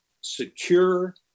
secure